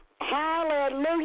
Hallelujah